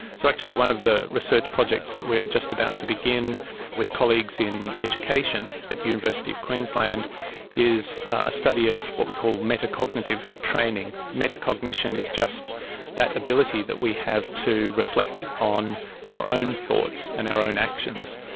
so actually one of the research projects that we are just about to begin with colleagues in education at the university of queensland is a study of what we call metacognitive training. metacognition is just that ability that we have to reflect on our own thoughts and our own actions.